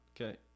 Okay